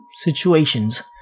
Situations